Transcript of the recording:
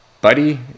buddy